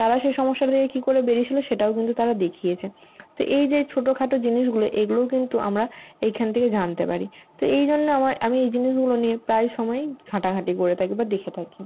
তারা সেই সমস্যাটা থেকে কী করে বেরিয়েছিল সেটাও কিন্তু তারা দেখিয়েছে তো এই যে ছোট খাটো জিনিসগুলো এইগুলোও কিন্তু আমরা এইখান থেকে জানতে পারি তো এই জন্য আমার আমি এই জিনিসগুলো নিয়ে প্রায় সময়ই ঘাঁটাঘাঁটি করে থাকি বা দেখে থাকি